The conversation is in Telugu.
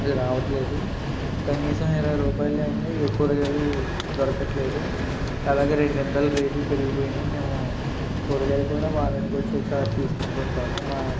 అది రావట్లేదు కనీసం ఇరవై రూపాయలు లేనిదే ఏ కూరగాయలు దొరకట్లేదు అలాగే రెండింతలు రేట్లు పెరిగిపోయినయి మేము కూరగాయలు కూడా వారానికి వచ్చి ఒకసారి తీసుకుంటాఉంటాము మా